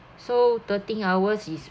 so thirteen hours is